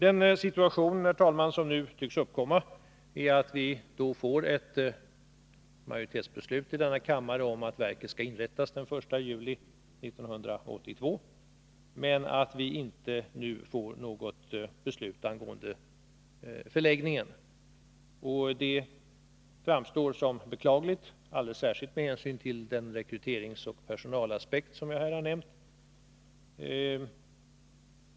Den situation som nu tycks uppkomma är att vi här i kammaren får ett majoritetsbeslut om att verket skall inrättas den 1 juli 1982, men att vi inte nu får något beslut angående förläggningen. Det framstår som beklagligt, alldeles särskilt med hänsyn till den rekryteringsoch personalaspekt som jag redan har nämnt.